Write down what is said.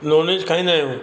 non-veg खाईंदा आहियूं